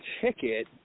ticket